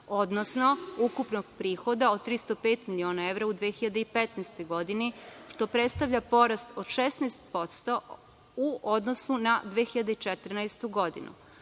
odnosno ukupnog prihoda od 305 miliona evra u 2015. godini što predstavlja porast od 16% u odnosu na 2014. godinu.